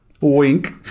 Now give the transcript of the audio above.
Wink